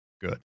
Good